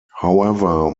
however